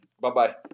Bye-bye